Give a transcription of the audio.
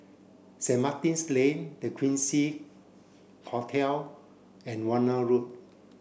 Saint Martin's Lane The Quincy Hotel and Warna Road